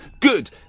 Good